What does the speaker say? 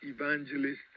evangelist